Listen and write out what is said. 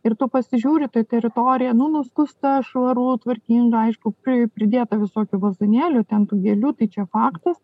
ir tu pasižiūri toj teritorija nu nuskusta švaru tvarkinga aišku pri pridėta visokių vazonėlių ten tų gėlių tai čia faktas